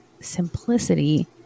simplicity